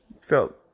felt